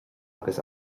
agus